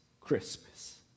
Christmas